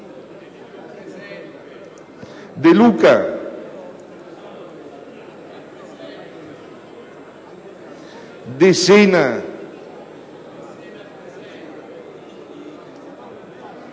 De Luca, De Sena,